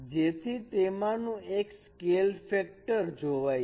જેથી તેમાંનું એક સ્કેલ ફેક્ટર જોવાય છે